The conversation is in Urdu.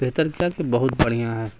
بہتر کیا کہ بہت بڑھیاں ہے